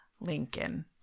Lincoln